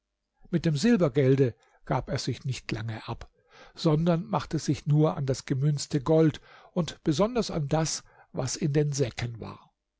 mit dem silbergelde gab er sich nicht lange ab sondern machte sich nur an das gemünzte gold und besonders an das was in den säcken war